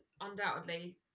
undoubtedly